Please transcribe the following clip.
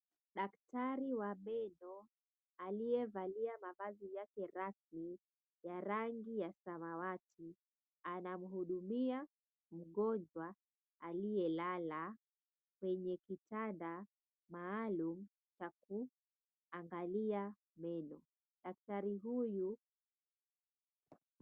Daktari wa meno, aliyevalia mavazi yake rasmi ya rangi ya samawati, anamhudumia mgonjwa aliyelala kwenye kitanda maalum, akimuangalia meno daktari huyu.